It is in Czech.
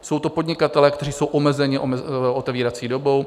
Jsou to podnikatelé, kteří jsou omezeni otevírací dobou.